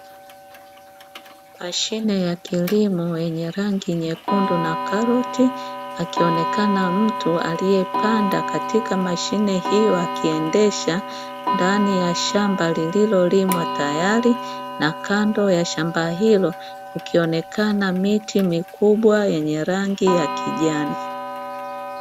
Mashine ya kilimo yenye rangi nyekundu na karoti, akionekana mtu aliyepanda katika mashine hiyo akiendesha ndani ya shamba lililolimwa tayari, na kando ya shamba hilo, kukionekana miti mikubwa yenye rangi ya kijani.